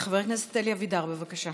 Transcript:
חבר הכנסת אלי אבידר, בבקשה.